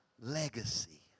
legacy